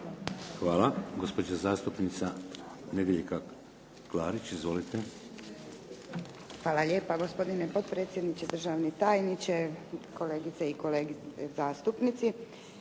Hvala. Gospođa zastupnica Nedjeljka Klarić. Izvolite. **Klarić, Nedjeljka (HDZ)** Hvala lijepa gospodine potpredsjedniče, državni tajniče, kolegice i kolege zastupnici.